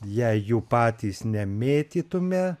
jei jų patys nemėtytume